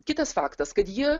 kitas faktas kad jie